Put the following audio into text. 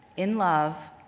in love,